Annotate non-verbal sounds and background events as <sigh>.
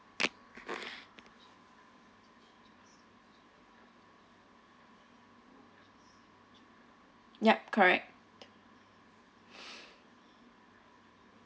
yup correct <breath>